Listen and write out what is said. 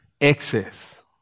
excess